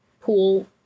pool